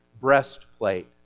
breastplate